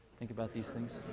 think about these things?